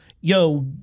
yo